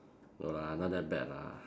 no lah not that bad lah